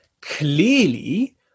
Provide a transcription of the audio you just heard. clearly